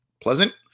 pleasant